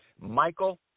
Michael